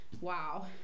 wow